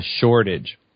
shortage